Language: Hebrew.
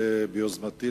ביוזמתי,